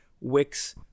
Wix